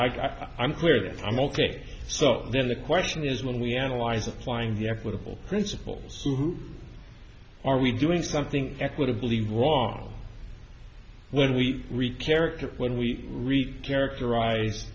i i'm clear that i'm ok so then the question is when we analyze applying the equitable principles to who are we doing something equitably rall when we read character when we read characterize